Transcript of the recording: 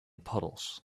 puddles